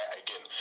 again